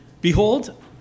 Behold